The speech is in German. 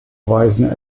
weisen